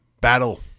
battle